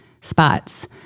spots